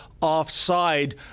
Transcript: offside